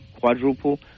quadruple